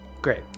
Great